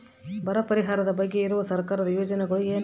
ಬರ ಪರಿಹಾರದ ಬಗ್ಗೆ ಇರುವ ಸರ್ಕಾರದ ಯೋಜನೆಗಳು ಏನು?